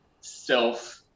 self